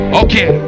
okay